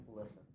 listen